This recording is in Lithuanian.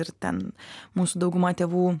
ir ten mūsų dauguma tėvų